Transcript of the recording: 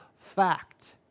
fact